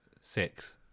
Six